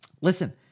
Listen